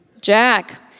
Jack